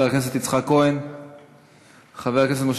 חבר הכנסת יצחק כהן,